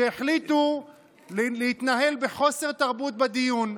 שהחליטו להתנהל בחוסר תרבות בדיון.